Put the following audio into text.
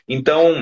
Então